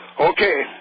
Okay